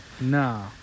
No